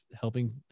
helping